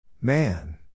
Man